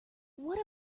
what